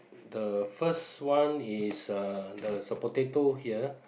the first one is uh there's a potato here